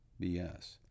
BS